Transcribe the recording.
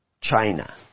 China